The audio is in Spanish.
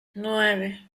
nueve